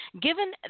Given